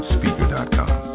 Speaker.com